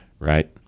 right